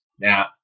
Now